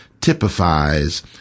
typifies